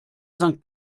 sankt